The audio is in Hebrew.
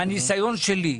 מהניסיון שלי,